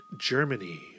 Germany